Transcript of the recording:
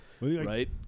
right